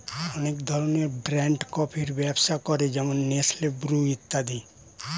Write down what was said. অনেক ধরনের ব্র্যান্ড কফির ব্যবসা করে যেমন নেসলে, ব্রু ইত্যাদি